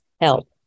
help